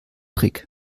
trick